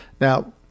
Now